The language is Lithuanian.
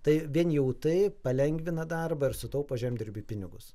tai vien jau tai palengvina darbą ir sutaupo žemdirbiui pinigus